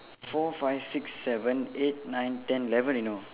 four fix six seven eight nine ten eleven you know